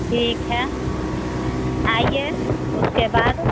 ठीक है आइए उसके बाद